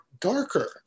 darker